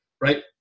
Right